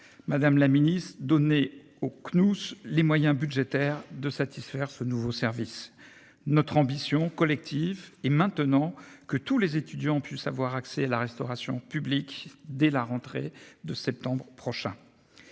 Madame la Ministre donner au Cnous les moyens budgétaires de satisfaire ce nouveau service. Notre ambition collective et maintenant que tous les étudiants puissent avoir accès la restauration publique dès la rentrée de septembre prochain.